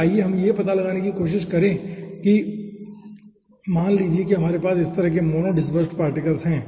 फिर आइए हम यह पता लगाने की कोशिश करें कि मान लीजिए कि हमारे पास इस तरह के मोनो डिस्पेर्सेड पार्टिकल्स है